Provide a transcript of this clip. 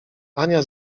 ania